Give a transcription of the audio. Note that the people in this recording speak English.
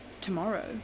Tomorrow